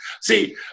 see